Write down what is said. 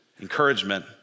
encouragement